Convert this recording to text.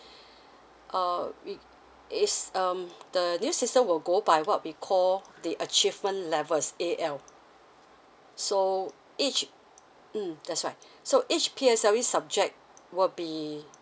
uh it it's um the new system will go by what we call the achievement levels A_L so each mm that's right so each P_S_L_E subject will be